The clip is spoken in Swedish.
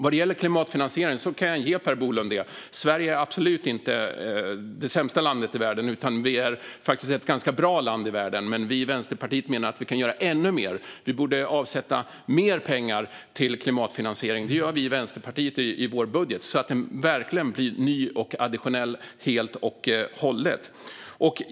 Vad gäller klimatfinansiering kan jag ge Per Bolund det att Sverige absolut inte är det sämsta landet i världen, utan vi är faktiskt ett ganska bra land i världen. Men vi i Vänsterpartiet menar att vi kan göra ännu mer. Vi borde avsätta mer pengar till klimatfinansiering. Det gör vi i Vänsterpartiet i vår budget så att den verkligen blir ny och helt och hållet additionell.